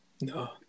no